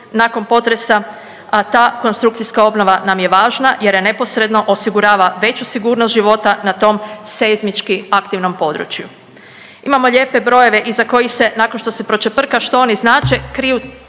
nakon potresa, a ta konstrukcijska obnova nam je važna jer neposredno osigurava veću sigurnost života na tom seizmički aktivnom području. Imamo lijepe brojeve iza kojih se nakon što se pročeprka što oni znače kriju